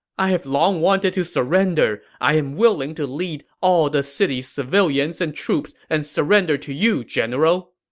i have long wanted to surrender. i am willing to lead all the city's civilians and troops and surrender to you, general.